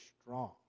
strong